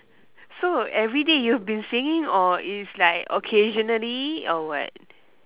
so everyday you have been singing or it's like occasionally or what